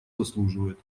заслуживает